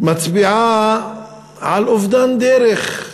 מצביעה על אובדן דרך.